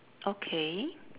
okay